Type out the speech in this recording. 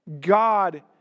God